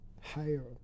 higher